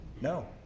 no